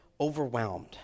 overwhelmed